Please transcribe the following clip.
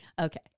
Okay